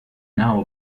now